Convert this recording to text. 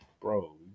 bro